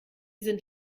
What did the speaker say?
sind